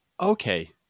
okay